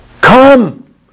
come